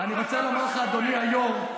אני רוצה לומר לך, אדוני היו"ר,